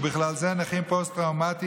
ובכלל זה נכים פוסט-טראומטיים,